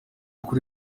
kuri